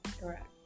Correct